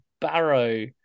Barrow